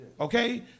Okay